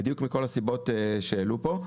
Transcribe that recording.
בדיוק מכל הסיבות שעלו פה.